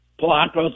Polanco